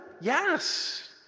Yes